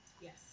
yes